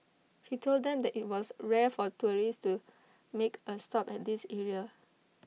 he told them that IT was rare for tourists to make A stop at this area